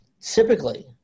typically